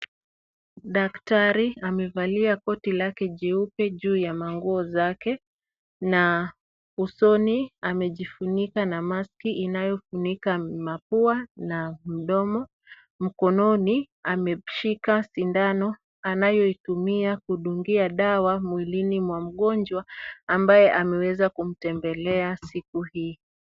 Daktari amevalia koti lake jeupe juu ya nguo zake na usoni amejifunika na maski inayomfunika mapua na mdomo, mkononi ameshika sindano anayoitumia kudungia dawa mwilini mwa mgonjwa ambaye ameweza kumtembelea siku hii.